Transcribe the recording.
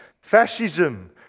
fascism